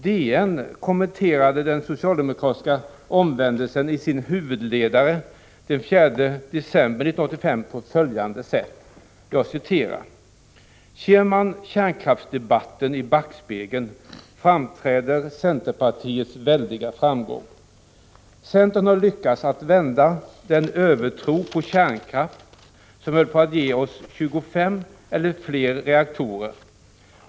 DN kommenterade den socialdemokratiska omvändelsen i sin huvudledare den 4 december 1985 på följande sätt: ”Ser man kärnkraftsdebatten i backspegeln, framträder centerpartiets väldiga framgång. Partiet har lyckats vända den övertro på kärnkraften som höll på att ge oss 25 eller fler reaktorer.